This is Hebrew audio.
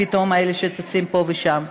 אלה שצצים פתאום פה ושם.